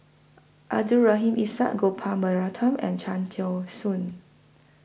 Abdul Rahim Ishak Gopal Baratham and Cham Tao Soon